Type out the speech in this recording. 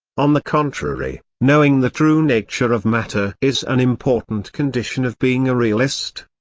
on the contrary, knowing the true nature of matter is an important condition of being a realist.